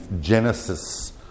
Genesis